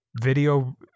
video